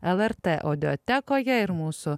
lrt audiotekoje ir mūsų